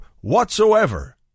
whatsoever